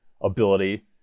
ability